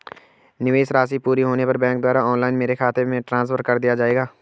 निवेश राशि पूरी होने पर बैंक द्वारा ऑनलाइन मेरे खाते में ट्रांसफर कर दिया जाएगा?